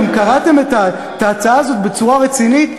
אתם קראתם את ההצעה הזאת בצורה רצינית?